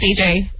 DJ